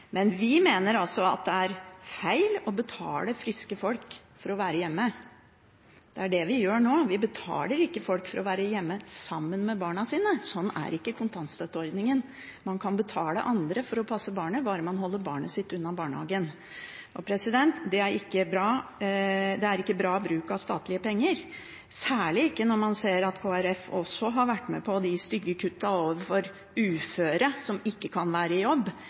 Men vi mener altså at det er feil å betale friske folk for å være hjemme. Det er det vi gjør nå. Vi betaler ikke folk for å være hjemme sammen med barna sine, sånn er ikke kontantstøtteordningen. Man kan betale andre for å passe barnet, bare man holder barnet sitt unna barnehagen. Det er ikke bra bruk av statlige penger, særlig ikke når man ser at Kristelig Folkeparti også har vært med på de stygge kuttene overfor uføre som ikke kan være i jobb.